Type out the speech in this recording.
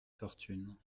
fortunes